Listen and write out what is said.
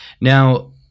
Now